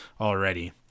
already